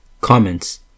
Comments